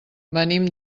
venim